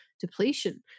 depletion